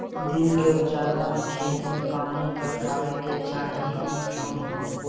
दिन के उजाला में खेत में पानी पटावे के चाही इ भ्रम ह